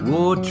War